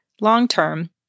long-term